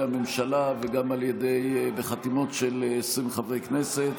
הממשלה וגם בחתימות של 20 חברי כנסת,